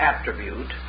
attribute